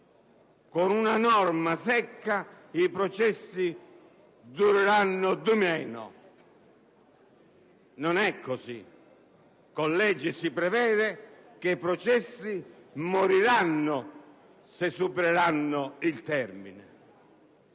con una norma secca, che i processi dureranno di meno. Non è così. Con legge si prevede che i processi moriranno se supereranno il termine.